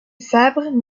fabre